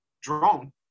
drone